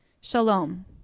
Shalom